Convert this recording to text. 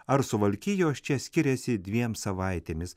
ar suvalkijos čia skiriasi dviem savaitėmis